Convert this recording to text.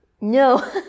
No